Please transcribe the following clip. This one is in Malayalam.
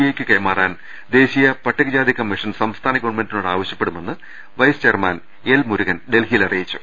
ഐക്ക് കൈമാ റാൻ ദേശീയ പട്ടികജാതി കമ്മീഷൻ സംസ്ഥാന ഗവൺമെന്റിനോട് ആവ ശ്യപ്പെടുമെന്ന് വൈസ് ചെയർമാൻ എൽ മുരുകൻ ഡൽഹിയിൽ അറിയി ച്ചു